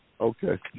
Okay